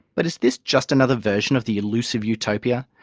but is this just another version of the elusive utopia,